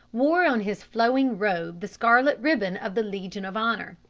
wore on his flowing robe the scarlet ribbon of the legion of honour.